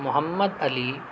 محمد علی